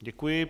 Děkuji.